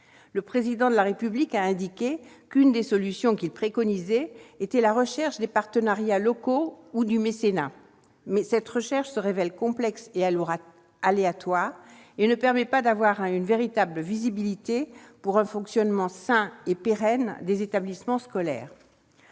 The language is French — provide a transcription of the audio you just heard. Le Président de la République a indiqué qu'une des solutions qu'il préconisait était la recherche de partenariats locaux ou de mécénats. Toutefois, cette recherche se révèle complexe et aléatoire et ne permet pas d'avoir une véritable visibilité pour un fonctionnement sain et pérenne des établissements scolaires.